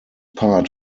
part